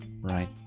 right